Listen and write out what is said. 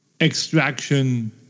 Extraction